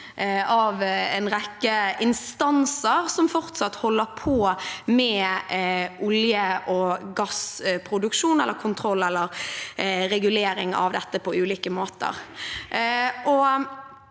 av en rekke instanser som fortsatt holder på med olje- og gassproduksjon eller kontroll og regulering av dette på ulike måter.